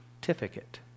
certificate